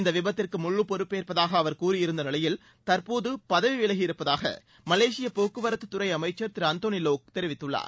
இந்த விபத்திற்கு முழுப் பொறுப்பேற்பதாக அவர் கூறியிருந்த நிலையில் தற்போது பதவி விலகியிருப்பதாக மலேசிய போக்குவரத்துத் துறை அளமச்சர் திரு அந்தோணி லோக் தெரிவித்துள்ளார்